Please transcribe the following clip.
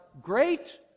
great